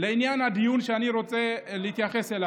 לעניין הדיון שאני רוצה להתייחס אליו,